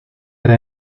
era